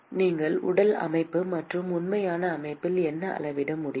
நீங்கள் உடல் அமைப்பு மற்றும் உண்மையான அமைப்பில் என்ன அளவிட முடியும்